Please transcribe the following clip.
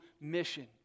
mission